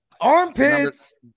Armpits